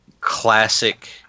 classic